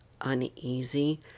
uneasy